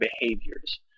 behaviors